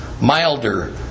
milder